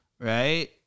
Right